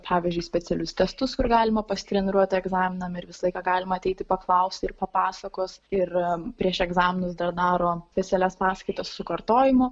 pavyzdžiui specialius testus kur galima pasitreniruoti egzaminam ir visą laiką galima ateiti paklausti ir papasakos ir prieš egzaminus dar daro specialias paskaitas su kartojimu